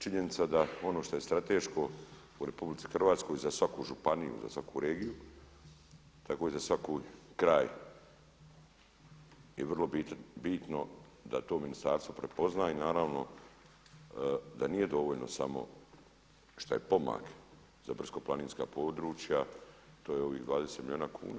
Činjenica da ono što je strateško u RH za svaku županiju i za svaku regiju tako i za svaki kraj je vrlo bitno da to ministarstvo prepozna i da naravno da nije dovoljno što je pomak za brdsko-planinska područja to je ovih 20 milijuna kuna.